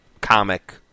comic